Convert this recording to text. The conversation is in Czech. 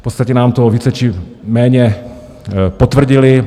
V podstatě nám to více či méně potvrdili.